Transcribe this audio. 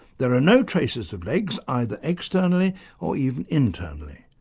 there are no traces of legs, either externally or even internally.